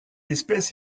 espèce